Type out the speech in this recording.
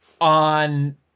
on